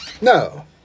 No